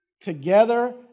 Together